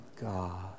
God